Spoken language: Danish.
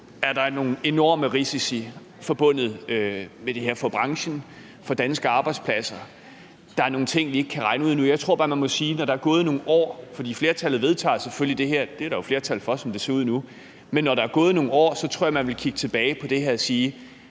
er nogle enorme risici forbundet med det her for branchen og for danske arbejdspladser. Der er nogle ting, vi ikke kan regne ud endnu, men jeg tror, at når der er gået nogle år – for flertallet vedtager selvfølgelig det her; der er jo flertal for det, som det ser ud nu – vil man kigge tilbage på det og sige: